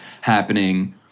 happening